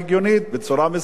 בצורה מסודרת,